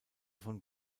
von